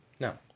No